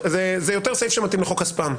זה יותר סעיף שמתאים לחוק הספאם.